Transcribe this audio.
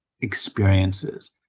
experiences